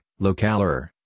Localer